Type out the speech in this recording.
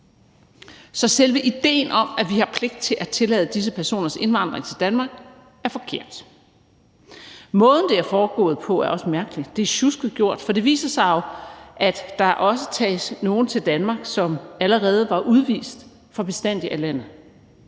Så selve idéen om, at vi har pligt til at tillade disse personers indvandring til Danmark, er forkert. Måden, det er foregået på, er også mærkelig. Det er sjusket gjort, for det viser sig jo, at der også tages nogle til Danmark, som allerede var udvist for bestandig af landet.